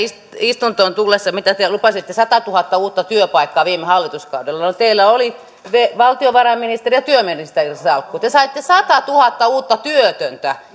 istuntoon tullessa mitä te lupasitte satatuhatta uutta työpaikkaa viime hallituskaudella no teillä oli valtiovarainministerin ja työministerin salkku te saitte satatuhatta uutta työtöntä